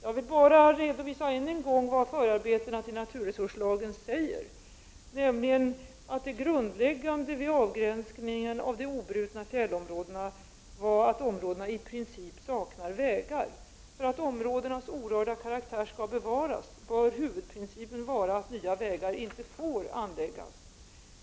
Jag vill bara ännu en gång redovisa vad som sägs när det gäller förarbetena till naturresurslagen: Det grundläggande vid avgränsningen av de obrutna fjällområdena var att områdena i princip saknar vägar. För att områdenas orörda karaktär skall bevaras bör huvudprincipen vara att nya vägar inte får anläggas.